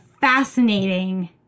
fascinating